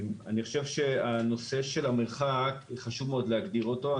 נושא המרחק חשוב מאוד להגדיר אותו.